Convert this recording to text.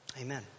Amen